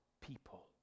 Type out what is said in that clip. people